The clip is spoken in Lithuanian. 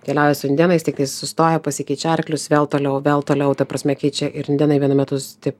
keliauja su indėnais tiktai sustoja pasikeičia arklius vėl toliau vėl toliau ta prasme keičia ir indėnai vienu metu taip